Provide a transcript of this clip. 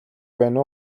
байна